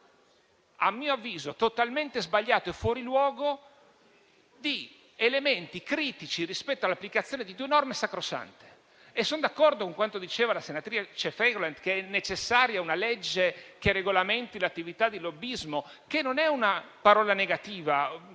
a mio avviso - totalmente sbagliato e fuori luogo di elementi critici rispetto all'applicazione di due norme sacrosante. E sono d'accordo con quanto diceva la senatrice Fregolent, che è necessaria una legge che regolamenti l'attività di lobbismo, che non è una parola negativa.